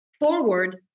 forward